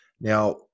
Now